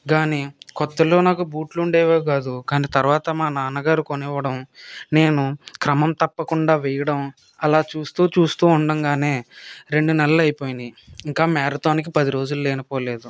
కానీ కొత్తలో నాకు బూట్లు ఉండేవే కాదు కానీ తర్వాత మా నాన్నగారు నాకు కొనివ్వడం నేను క్రమం తప్పకుండ వేయడం అలా చూస్తూ చూస్తూ ఉండంగానే రెండు నెలలు అయిపోయినాయి ఇంకా మ్యారథాన్కి పది రోజులు లేకపోలేదు